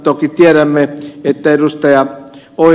toki tiedämme että ed